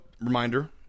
reminder